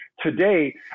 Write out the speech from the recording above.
today